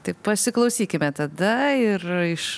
tai pasiklausykime tada ir iš